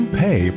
pay